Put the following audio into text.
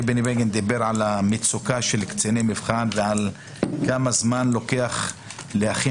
בגין דיבר על המצוקה של קציני מבחן וכמה זמן לוקח להכין